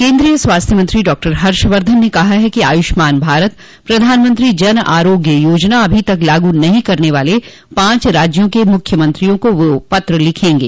केंद्रीय स्वास्थ्य मंत्री डॉक्टर हर्षवर्द्धन ने कहा है कि आयुष्मान भारत प्रधानमंत्री जन आरोग्य योजना अभी तक लागू नहीं करने वाले पांच राज्यों के मुख्य मंत्रियों को वह पत्र लिखेंगे